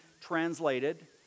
translated